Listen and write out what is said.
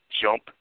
jump